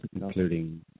including